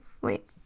wait